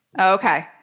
Okay